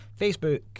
facebook